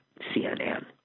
CNN